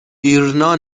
ایرنا